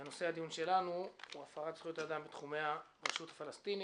נושא הדיון שלנו הוא הפרת זכויות האדם בתחומי הרשות הפלסטינית,